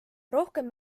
rohkem